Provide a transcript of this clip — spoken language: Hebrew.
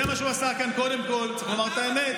זה מה שהוא עשה כאן קודם כול, צריך לומר את האמת.